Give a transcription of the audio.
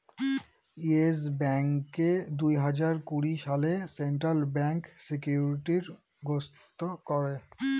yes ব্যাঙ্ককে দুই হাজার কুড়ি সালে সেন্ট্রাল ব্যাঙ্ক সিকিউরিটি গ্রস্ত করে